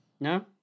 No